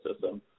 system